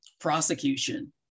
prosecution